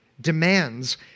demands